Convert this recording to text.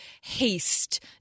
haste